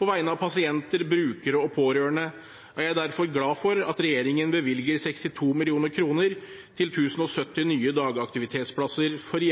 På vegne av pasienter, brukere og pårørende er jeg derfor glad for at regjeringen bevilger 62 mill. kr til 1 070 nye dagaktivitetsplasser for